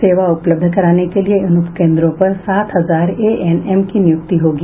सेवा उपलब्ध कराने के लिये इन उपकेंद्रों पर सात हजार एएनएम की नियुक्ति होगी